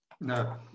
no